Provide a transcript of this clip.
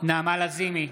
נעמה לזימי,